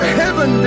heaven